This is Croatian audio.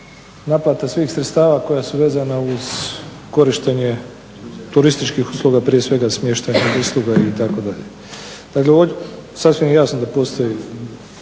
naplata svih sredstava koja su vezana uz korištenje turističkih usluga prije svega smještajnih usluga itd. Dakle sasvim je jasno da postoji